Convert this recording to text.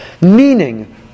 Meaning